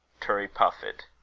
turriepuffit.